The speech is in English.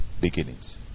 beginnings